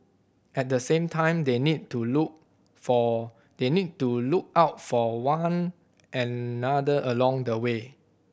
at the same time they need to look for they need to look out for one another along the way